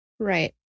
Right